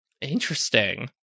Interesting